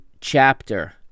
chapter